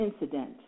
incident